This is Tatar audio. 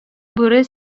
бүре